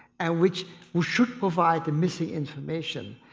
and which we should provide the missing information.